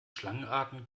schlangenarten